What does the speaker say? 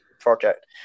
project